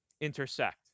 intersect